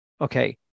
Okay